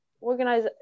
organize